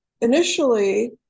initially